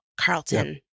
Carlton